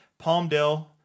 Palmdale